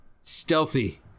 stealthy